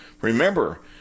remember